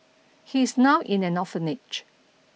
he's now in an orphanage